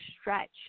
stretch